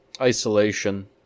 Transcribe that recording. Isolation